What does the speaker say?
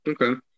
Okay